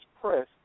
press